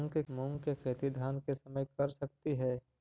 मुंग के खेती धान के समय कर सकती हे?